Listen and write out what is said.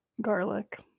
Garlic